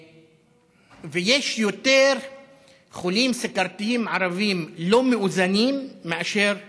ויש יותר חולים סוכרתיים ערבים לא מאוזנים מאשר יהודים.